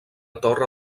torre